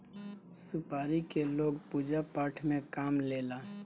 सुपारी के लोग पूजा पाठ में काम लेला